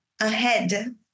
ahead